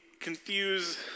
confuse